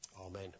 Amen